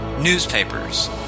newspapers